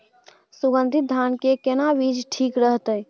सुगन्धित धान के केना बीज ठीक रहत?